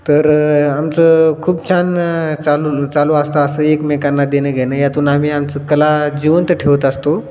तर आमचं खूप छान चालू चालू असतं असं एकमेकांना देणं घेणं यातून आम्ही आमची कला जिवंत ठेवत असतो